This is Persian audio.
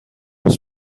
پوست